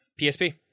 PSP